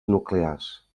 nuclears